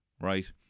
Right